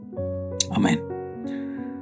Amen